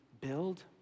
build